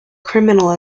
criminal